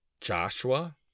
Joshua